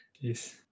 Yes